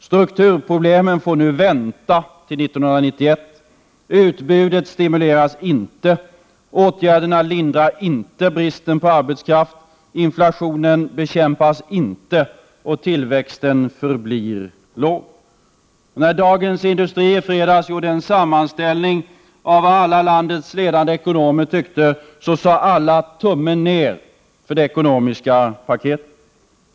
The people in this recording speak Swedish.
Strukturproblemen får nu vänta till 1991. Utbudet stimuleras inte. Åtgärderna lindrar inte bristen på arbetskraft. Inflationen bekämpas inte och tillväxten förblir låg.” När Dagens Industri i fredags gjorde en sammanställning av vad landets ledande ekonomer tyckte, framkom det att alla hade gjort ”tummen ner” för det ekonomiska paketet.